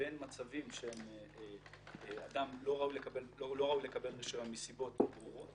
בין מצבים שאדם לא ראוי לקבל רישיון מסיבות ברורות